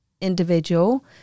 individual